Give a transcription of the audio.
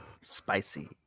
Spicy